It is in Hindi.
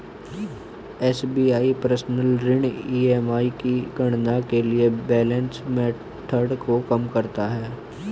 एस.बी.आई पर्सनल ऋण ई.एम.आई की गणना के लिए बैलेंस मेथड को कम करता है